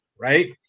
right